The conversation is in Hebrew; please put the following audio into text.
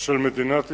של מדינת ישראל,